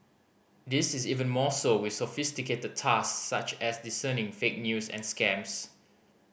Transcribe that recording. this is even more so with sophisticated tasks such as discerning fake news and scams